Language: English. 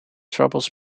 troubles